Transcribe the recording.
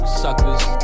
suckers